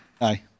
Aye